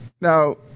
Now